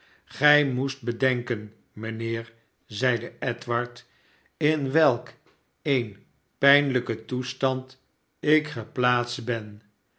gij moest bedenken mijnheer zeide edward in welk een pijnlijken toestand ik geplaatst ben